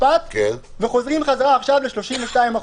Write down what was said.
חוזרים חזרה עכשיו ל-32%.